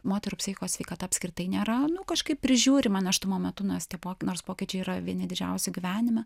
moterų psichikos sveikata apskritai nėra nu kažkaip prižiūrima nėštumo metu nors tie po nors pokyčiai yra vieni didžiausių gyvenime